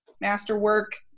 masterwork